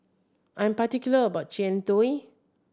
I'm particular about Jian Dui